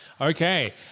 Okay